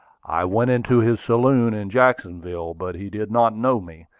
i went into his saloon in jacksonville, but he did not know me.